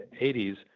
80s